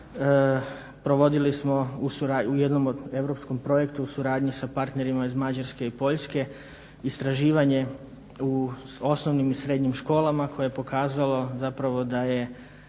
Provodili smo u jednom europskom projektu u suradnji sa partnerima iz Mađarske i Poljske istraživanje u osnovnim i srednjim školama koje je pokazalo zapravo da je